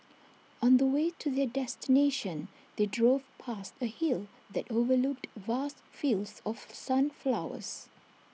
on the way to their destination they drove past A hill that overlooked vast fields of sunflowers